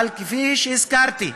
אבל כפי שהזכרתי,